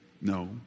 No